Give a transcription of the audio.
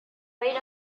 laid